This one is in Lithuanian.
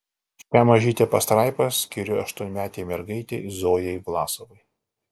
šią mažytę pastraipą skiriu aštuonmetei mergaitei zojai vlasovai